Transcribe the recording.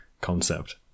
Concept